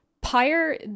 Pyre